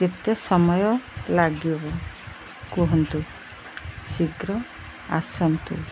କେତେ ସମୟ ଲାଗିବ କୁହନ୍ତୁ ଶୀଘ୍ର ଆସନ୍ତୁ